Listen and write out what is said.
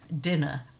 dinner